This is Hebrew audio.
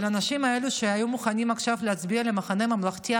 אבל האנשים האלה שהיו מוכנים עכשיו להצביע למחנה הממלכתי,